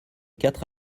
quatre